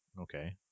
Okay